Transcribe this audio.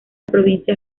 provincia